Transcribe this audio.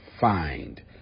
find